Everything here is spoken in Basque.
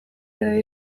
edo